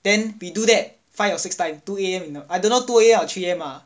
then we do that five or six time two A_M I don't know two A_M or three A_M ah